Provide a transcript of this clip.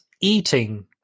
eating